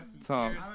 Tom